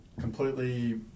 completely